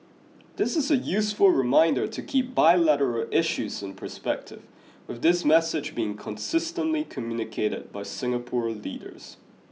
this is a useful reminder to keep bilateral issues in perspective with this message being consistently communicated by Singapore leaders